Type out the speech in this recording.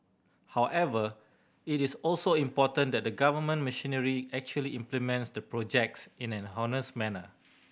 however it is also important that the government machinery actually implements the projects in an honest manner